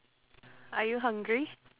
are you hungry